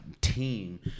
team